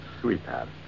sweetheart